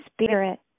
spirit